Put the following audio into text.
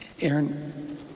Aaron